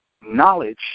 knowledge